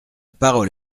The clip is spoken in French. parole